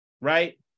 right